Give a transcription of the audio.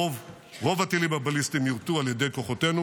רוב הטילים הבליסטיים יורטו על ידי כוחותינו,